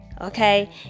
okay